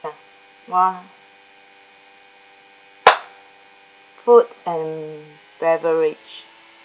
one food and beverage